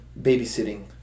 babysitting